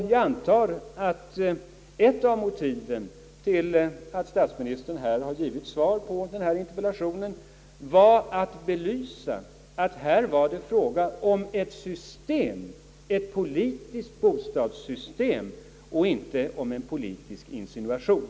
Jag antar att ett av motiven till att statsministern har givit ett svar på denna interpellation är att han vill belysa att det var fråga om brister i ett politiskt bostadssystem och inte om en politisk insinuation.